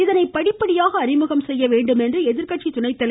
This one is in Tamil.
இதனை படிப்படியாக அறிமுகம் செய்ய வேண்டும் என்ற எதிர்கட்சி துணை தலைவர் திரு